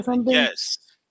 yes